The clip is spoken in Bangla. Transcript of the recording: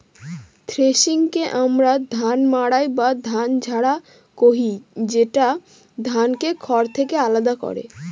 থ্রেশিংকে আমরা ধান মাড়াই বা ধান ঝাড়া কহি, যেটা ধানকে খড় থেকে আলাদা করে